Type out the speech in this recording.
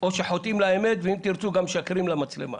או שחוטאים לאמת, ואם תרצו, גם משקרים למצלמה.